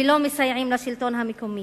ולא מסייעים לשלטון המקומי.